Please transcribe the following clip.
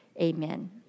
Amen